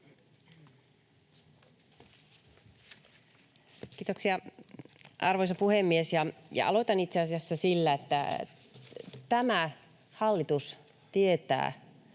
Kiitoksia, arvoisa puhemies! Aloitan itse asiassa sillä, että tämä hallitus tietää,